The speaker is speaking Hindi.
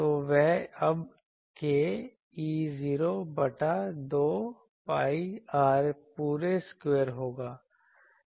तो वह ab k E0 बटा 2 pi r पूरे स्क्वायर होगा